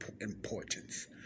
importance